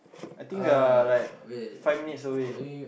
I think we're like five minutes away